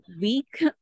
week